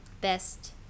best